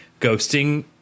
ghosting